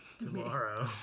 tomorrow